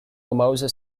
almost